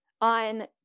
On